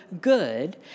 good